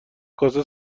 کاسه